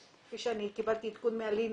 כפי שקיבלתי עדכון מאלינה,